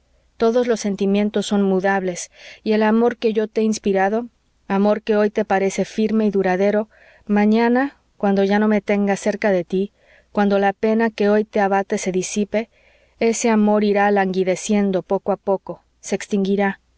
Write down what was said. todos los sentimientos son mudables y el amor que yo te he inspirado amor que hoy te parece firme y duradero mañana cuando ya no me tengas cerca de tí cuando la pena que hoy te abate se disipe ese amor irá languideciendo poco a poco se extinguirá